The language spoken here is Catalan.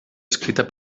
escrita